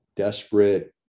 desperate